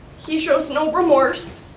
he shows no remorse,